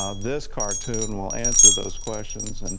ah this cartoon will answer those questions. and